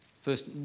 First